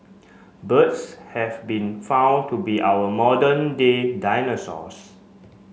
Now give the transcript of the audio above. birds have been found to be our modern day dinosaurs